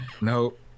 Nope